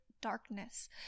darkness